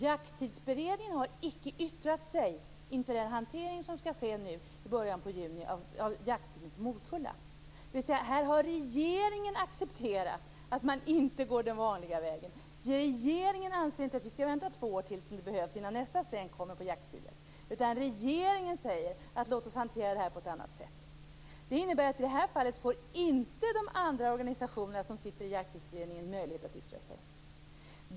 Jakttidsberedningen har icke yttrat sig inför den hantering av jakttiden för morkulla som skall ske nu i början av juni. Här har alltså regeringen accepterat att man inte går den vanliga vägen. Regeringen anser inte att vi skall vänta de två år till som behövs innan jakttiderna kommer upp i nästa sväng, utan regeringen säger: Låt oss hantera det här på ett annat sätt. Det innebär att i det här fallet får inte de andra organisationer som sitter i Jakttidsberedningen möjlighet att yttra sig.